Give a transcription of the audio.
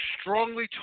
strongly